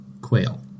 quail